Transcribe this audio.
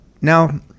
now